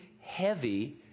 heavy